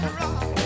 rock